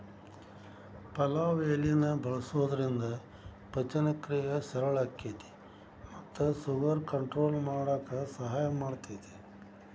ಪಲಾವ್ ಎಲಿನ ಬಳಸೋದ್ರಿಂದ ಪಚನಕ್ರಿಯೆ ಸರಳ ಆಕ್ಕೆತಿ ಮತ್ತ ಶುಗರ್ ಕಂಟ್ರೋಲ್ ಮಾಡಕ್ ಸಹಾಯ ಮಾಡ್ತೆತಿ